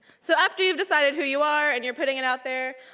so after you've decided who you are and you're putting it out there,